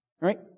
Right